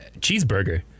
cheeseburger